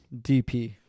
DP